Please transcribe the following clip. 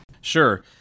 Sure